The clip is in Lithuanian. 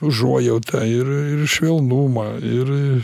užuojautą ir ir švelnumą ir